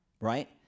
right